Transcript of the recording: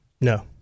No